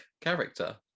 character